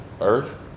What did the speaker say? earth